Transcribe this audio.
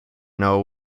know